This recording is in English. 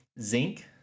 zinc